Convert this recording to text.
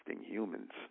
humans